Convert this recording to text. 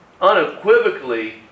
unequivocally